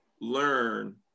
learn